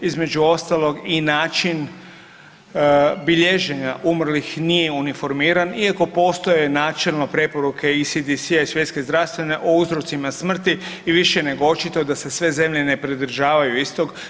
Između ostalog i način bilježenja umrlih nije uniformiran iako postoje načelno preporuke ISDS-a i Svjetske zdravstvene o uzrocima smrti i više je nego očito da se sve zemlje ne pridržavaju istog.